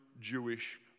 Jewish